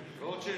ועוד שישה.